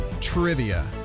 trivia